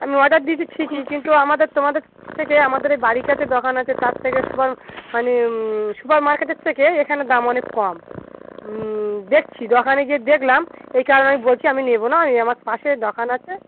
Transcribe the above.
আমি অর্ডার দিয়েছি ঠিকই কিন্তু আমাদের তোমাদের থেকে আমাদের এই বাড়ির কাছে দোকান আছে তার থেকে সুপার মানে সুপার মার্কেটের থেকে এখানে দাম অনেক কম দেখছি দোকানে গিয়ে দেখলাম এই কারণে আমি বলছি আমি নেবো না এই আমার পাশে দোকান আছে